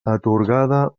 atorgada